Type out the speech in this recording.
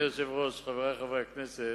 אדוני היושב-ראש, חברי חברי הכנסת,